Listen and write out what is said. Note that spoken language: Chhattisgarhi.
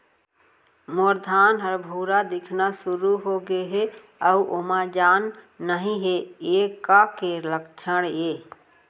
मोर धान ह भूरा दिखना शुरू होगे हे अऊ ओमा जान नही हे ये का के लक्षण ये?